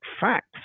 facts